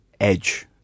edge